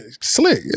Slick